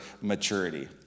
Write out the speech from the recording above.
maturity